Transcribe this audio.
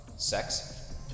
Sex